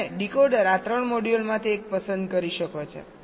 અને ડીકોડર આ 3 મોડ્યુલ્સમાંથી એક પસંદ કરી શકો છો